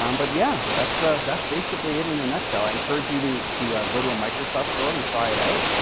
um but, yeah, that's ah that's basically it in a nutshell. i encourage you to to go to a microsoft store and try it out.